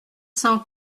cent